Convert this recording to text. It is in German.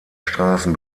straßen